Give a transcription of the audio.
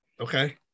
Okay